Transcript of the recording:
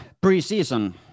pre-season